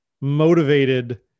motivated